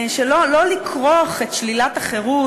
לא לכרוך את שלילת החירות,